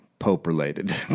Pope-related